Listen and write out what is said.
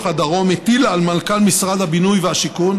הדרום הטילה על מנכ"ל משרד הבינוי והשיכון,